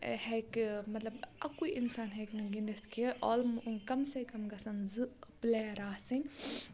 ہٮ۪کہِ مطلب اَکُے اِنسان ہیٚکہِ نہٕ گِنٛدِتھ کیٚنٛہہ آل کَم سے کَم گژھن زٕ پٕلیر آسٕنۍ